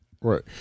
Right